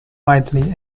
widely